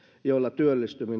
joilla työllistyminen